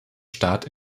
staat